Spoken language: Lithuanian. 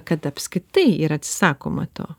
kad apskritai yra atsisakoma to